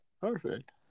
Perfect